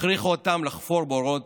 הכריחו אותם לחפור בורות,